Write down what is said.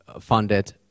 funded